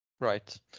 Right